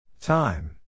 time